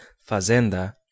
fazenda